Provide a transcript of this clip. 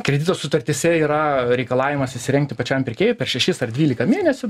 kredito sutartyse yra reikalavimas įsirengti pačiam pirkėjui per šešis ar dvylika mėnesių